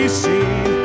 seen